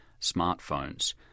smartphones